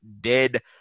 dead